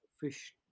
fish